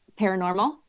paranormal